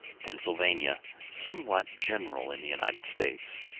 pennsylvania somewhat general in the united states.